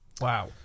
Wow